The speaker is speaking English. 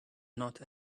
not